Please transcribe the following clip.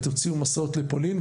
הוציאו מסעות לפולין.